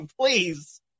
Please